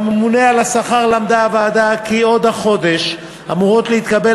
מהממונה על השכר למדה הוועדה כי עוד החודש אמורות להתקבל